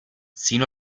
sin